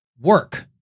work